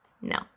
No